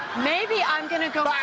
maybe i'm going to go